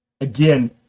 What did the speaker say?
Again